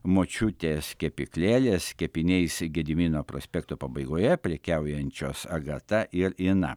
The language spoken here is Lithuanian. močiutės kepyklėlės kepiniais gedimino prospekto pabaigoje prekiaujančios agata ir ina